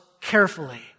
carefully